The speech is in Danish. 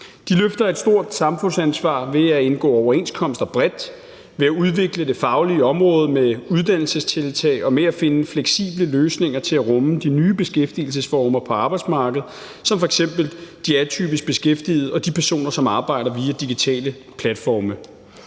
De løfter et stort samfundsansvar ved at indgå overenskomster bredt, ved at udvikle det faglige område med uddannelsestiltag og ved at finde fleksible løsninger til at rumme de nye beskæftigelsesformer på arbejdsmarkedet som f.eks. i forhold til de atypisk beskæftigede og de personer, som arbejder via digitale platforme.